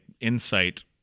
insight